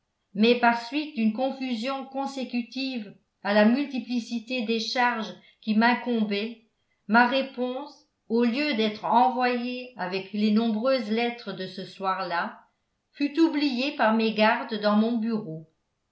mais par suite d'une confusion consécutive à la multiplicité des charges qui m'incombaient ma réponse au lieu d'être envoyée avec les nombreuses lettres de ce soir là fut oubliée par mégarde dans mon bureau